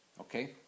Okay